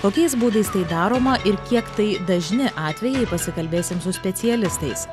kokiais būdais tai daroma ir kiek tai dažni atvejai pasikalbėsim su specialistais